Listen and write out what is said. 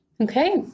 Okay